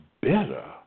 better